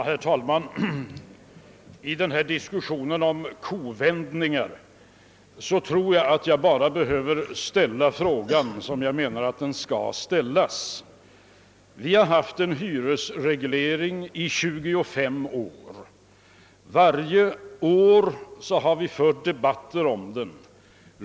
Herr talman! I denna diskussion om kovändningar tror jag att jag bara behöver ställa frågan som jag menar att den skall ställas för att visa vem som gjort en kovändning. Vi har haft en hyresreglering i 25 år. Varje år har vi fört debatter om den.